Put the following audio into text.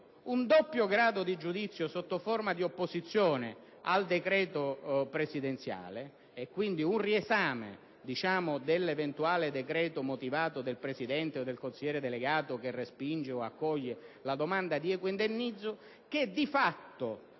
un doppio grado di giudizio, sotto forma di opposizione al decreto presidenziale, e quindi un riesame dell'eventuale decreto motivato del presidente o del consigliere delegato che respinge o accoglie la domanda di equo indennizzo, che di fatto,